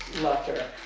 lefter.